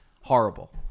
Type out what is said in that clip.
horrible